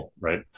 right